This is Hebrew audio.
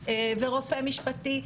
ורופא משפטי,